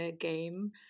game